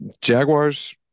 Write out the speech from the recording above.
Jaguars